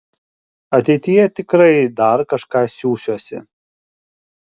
ateityje tikrai dar kažką siųsiuosi